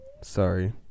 Sorry